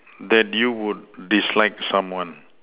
that you would dislike someone